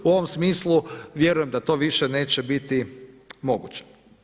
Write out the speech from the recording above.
U ovom smislu vjerujem da to više neće biti moguće.